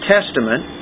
Testament